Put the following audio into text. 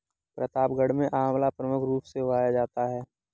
प्रतापगढ़ में आंवला प्रमुख रूप से उगाया जाता है